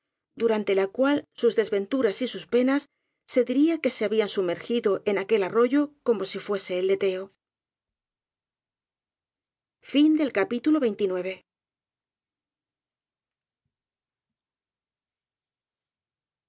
durante la cual sus desventuras y sus penas se diría que se habían sumergido en aquel arroyo como si fuese el leteo